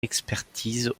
expertise